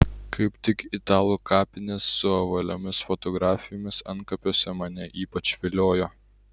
kaip tik italų kapinės su ovaliomis fotografijomis antkapiuose mane ypač viliojo